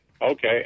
Okay